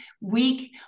week